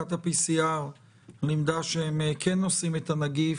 בדיקת ה-PCR לימדה שהם כן נושאים את הנגיף,